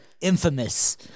Infamous